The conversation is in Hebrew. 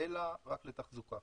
אלא רק לתחזוקה.